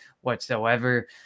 whatsoever